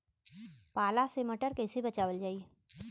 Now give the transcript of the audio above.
पाला से मटर कईसे बचावल जाई?